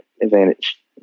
advantage